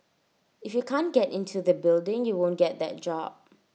if you can't get into the building you won't get that job